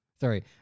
sorry